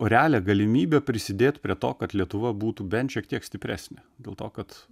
o realią galimybę prisidėt prie to kad lietuva būtų bent šiek tiek stipresnė dėl to kad